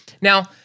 Now